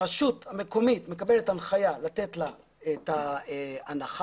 הרשות המקומית מקבלת הנחיה לתת לה את ההנחה,